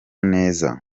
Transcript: neza